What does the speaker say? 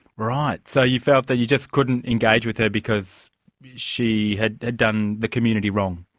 right. so you felt that you just couldn't engage with her because she had had done the community wrong.